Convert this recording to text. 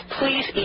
please